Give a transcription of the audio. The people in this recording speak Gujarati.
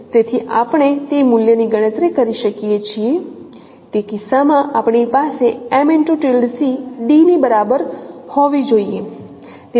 તેથી આપણે તે મૂલ્યની ગણતરી કરી શકીએ છીએ તે કિસ્સામાં આપણી પાસે d ની બરાબર હોવી જોઈએ